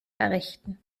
errichten